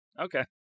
Okay